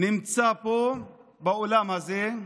נמצא פה באולם הזה.